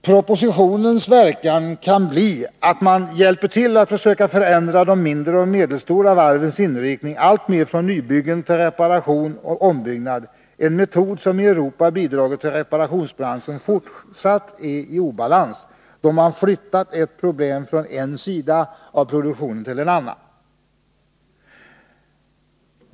Propositionens verkan kan bli att man hjälper till att alltmer förändra de mindre och medelstora varvens inriktning från nybyggen till reparation och ombyggnad. Det är en metod som i Europa bidragit till att reparationsbranschen fortfarande är i obalans, då man flyttat ett problem från en sida av produktionen till en annan.